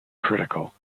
critical